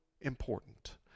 important